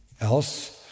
else